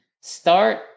start